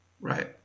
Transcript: Right